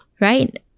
right